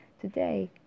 Today